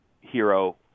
hero